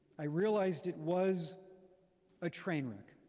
i realized it was a train wreck.